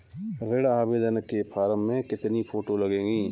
ऋण आवेदन के फॉर्म में कितनी फोटो लगेंगी?